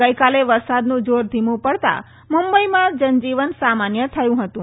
ગઇકાલે વરસાદનું જોર ધીમું પડતાં મુંબઈમાં જનજીવન સામાન્ય થયું હતું